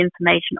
information